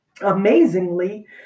Amazingly